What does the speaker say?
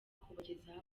kubagezaho